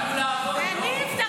מה את פותחת עליו עיניים?